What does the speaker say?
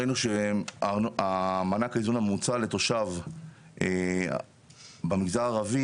ראינו שמענק האיזון הממוצע לתושב במגזר הערבי